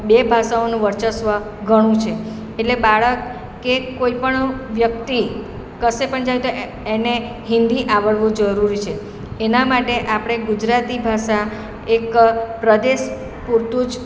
બે ભાષાઓનું વર્ચસ્વ ઘણું છે એટલે બાળક કે કોઈપણ વ્યક્તિ કશે પણ જાય તો એને હિન્દી આવડવું જરૂરી છે એના માટે આપણે ગુજરાતી ભાષા એક પ્રદેશ પૂરતું જ